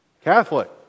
catholic